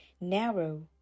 narrow